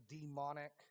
demonic